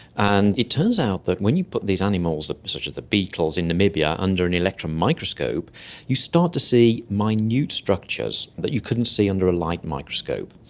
and it turns out that when you put these animals such as the beetles in namibia under an electron microscope you start to see minute structures that you couldn't see under a light microscope.